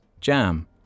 Jam